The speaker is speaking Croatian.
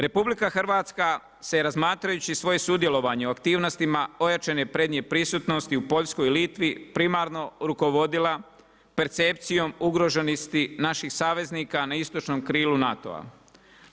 RH se razmatrajući svoje sudjelovanje u aktivnostima ojačanje prednje prisutnosti u Poljskoj, Litvi, primarno rukovodila percepcijom ugroženosti naših saveznika na istočnom krilu NATO-a.